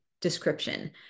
description